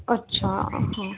अच्छा